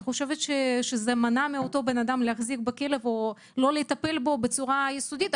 את חושבת שזה מנע מאותו אדם להחזיק את הכלב או לא לטפל בו בצורה יסודית?